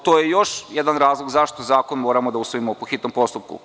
To je još jedan razlog zašto zakon moramo da usvojimo po hitnom postupku.